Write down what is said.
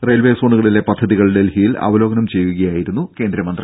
railway സോണുകളിലെ പദ്ധതികൾ ഡൽഹിയിൽ അവലോകനം ചെയ്യുകയായിരുന്നു കേന്ദ്രമന്ത്രി